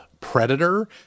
Predator